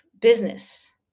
business